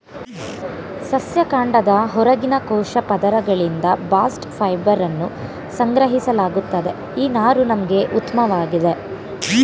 ಸಸ್ಯ ಕಾಂಡದ ಹೊರಗಿನ ಕೋಶ ಪದರಗಳಿಂದ ಬಾಸ್ಟ್ ಫೈಬರನ್ನು ಸಂಗ್ರಹಿಸಲಾಗುತ್ತದೆ ಈ ನಾರು ನಮ್ಗೆ ಉತ್ಮವಾಗಿದೆ